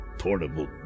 portable